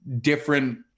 different